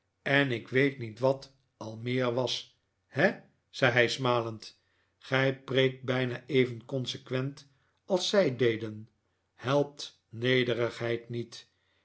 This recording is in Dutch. en ik weet niet wat al meer was he zei hij smalend gij preekt bijna even consequent als zij deden helpt nederigheid niet